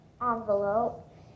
envelope